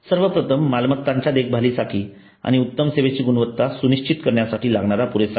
सर्वप्रथम मालमत्तांच्या देखभालीसाठी आणि उत्तम सेवेची गुणवत्ता सुनिश्चित करण्यासाठी लागणारा पुरेसा निधी